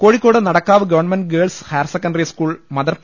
Kozhikode Nadakkavu government girls higher secondary school mother P